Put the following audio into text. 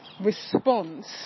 Response